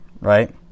right